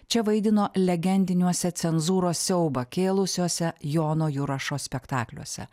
čia vaidino legendiniuose cenzūros siaubą kėlusiuose jono jurašo spektakliuose